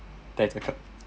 tak nak cakap